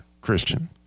Christian